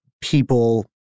people